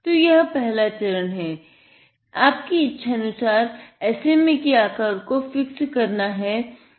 तो पहला चरण है आपकी इच्छानुसार SMA के आकार को फिक्स करना